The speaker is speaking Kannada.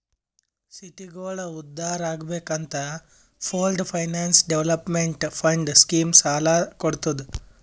ಸಿಟಿಗೋಳ ಉದ್ಧಾರ್ ಆಗ್ಬೇಕ್ ಅಂತ pooled finance development fund scheme ಸಾಲ ಕೊಡ್ತುದ್